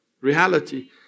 reality